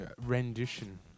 rendition